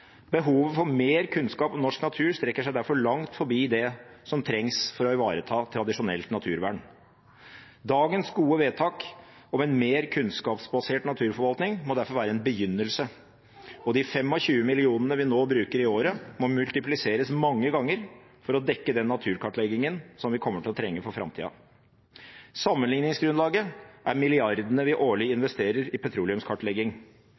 Behovet for mer kunnskap om norsk natur strekker seg derfor langt forbi det som trengs for å ivareta tradisjonelt naturvern. Dagens gode vedtak om en mer kunnskapsbasert naturforvaltning må derfor være en begynnelse, og de 25 millionene vi nå bruker i året, må multipliseres mange ganger for å dekke den naturkartleggingen som vi kommer til å trenge for framtida. Sammenlikningsgrunnlaget er milliardene vi årlig investerer i petroleumskartlegging.